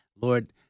Lord